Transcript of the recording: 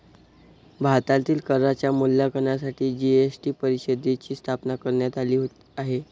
भारतातील करांच्या मूल्यांकनासाठी जी.एस.टी परिषदेची स्थापना करण्यात आली आहे